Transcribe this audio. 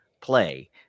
play